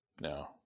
no